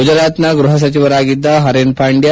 ಗುಜರಾತ್ನ ಗ್ಲಹ ಸಚಿವರಾಗಿದ್ದ ಹರೇನ್ ಪಾಂಡ್ಲ